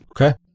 Okay